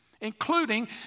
including